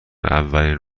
اولین